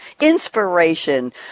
inspiration